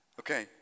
Okay